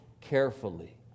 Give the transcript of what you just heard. carefully